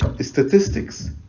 statistics